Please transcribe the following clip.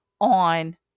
on